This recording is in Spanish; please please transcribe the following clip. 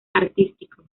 artístico